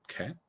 Okay